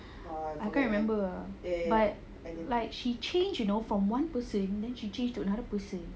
I can't remember ah but like she change you know from one person then she change to another person